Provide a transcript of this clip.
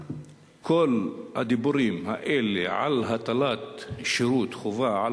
כל הדיבורים האלה על הטלת שירות חובה על